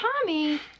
Tommy